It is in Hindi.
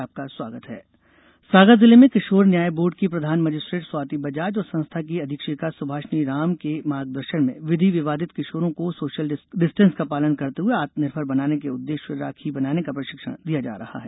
आत्मनिर्भर बच्चे सागर जिले में किशोर न्याय बोर्ड की प्रधान मजिस्ट्रेट स्वाती बजाज और संस्था की अधीक्षिका सुभाषिनी राम के मार्गदर्शन में विधि विवादित को सोशल डिस्टेंश का पालन करते हुए आत्मनिर्भर बनाने के उद्वेश्य राखी बनाने का प्रशिक्षण दिया जा रहा है